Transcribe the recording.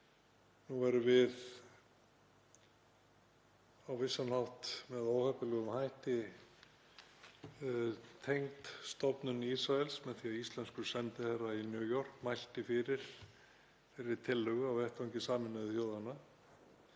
Nú erum við á vissan hátt með óheppilegum hætti tengd stofnun Ísraels með því að íslenskur sendiherra í New York mælti fyrir þeirri tillögu á vettvangi Sameinuðu þjóðanna.